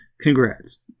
congrats